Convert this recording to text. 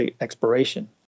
exploration